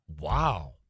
Wow